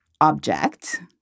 object